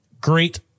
great